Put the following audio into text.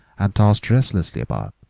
and tossed restlessly about,